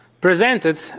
presented